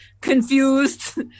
confused